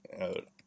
out